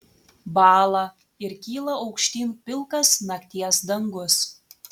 bąla ir kyla aukštyn pilkas nakties dangus